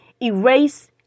Erase